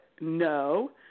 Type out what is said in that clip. no